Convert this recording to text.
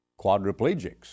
quadriplegics